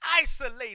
isolated